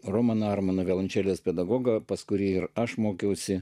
romaną armono violončelės pedagogo pas kurį ir aš mokiausi